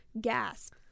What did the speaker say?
gasp